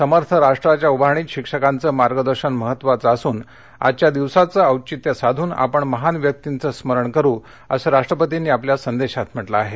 समर्थ राष्ट्राच्या उभारणीत शिक्षकांचं मार्गदर्शन महत्वाचं असून आजच्या दिवसाचं औचित्य साधून आपण महान व्यक्तींचं स्मरण करू असं राष्ट्रपतींनी आपल्या संदेशात म्हटलं आहे